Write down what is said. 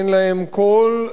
שאין להם קול,